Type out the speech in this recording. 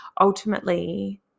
ultimately